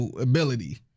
ability